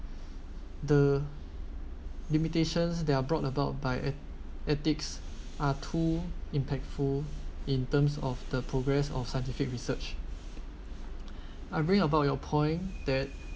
the limitations they are brought about by e~ ethics are too impactful in terms of the progress of scientific research I bring about your point that